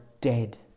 dead